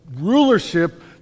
rulership